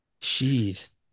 Jeez